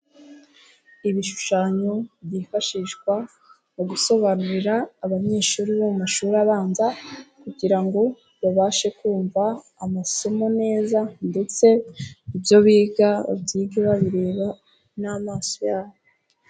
Ibishushanyo byifashishwa mu gusobanurira abanyeshuri bo mu mashuri abanza kugira ngo babashe kumva amasomo neza, ndetse ibyo biga babyige babireba n'amaso yabo.